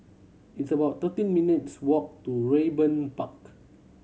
it's about thirteen minutes' walk to Raeburn Park